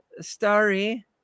story